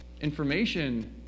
information